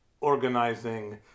organizing